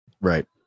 Right